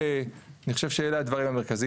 אני חושב שאלה הדברים המרכזיים.